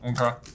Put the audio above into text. Okay